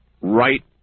right